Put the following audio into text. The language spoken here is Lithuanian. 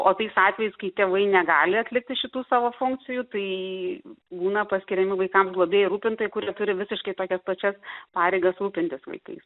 o tais atvejais kai tėvai negali atlikti šitų savo funkcijų tai būna paskiriami vaikams globėjai rūpintojai kurie turi visiškai tokias pačias pareigas rūpintis vaikais